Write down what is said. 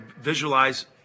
visualize